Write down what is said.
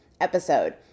episode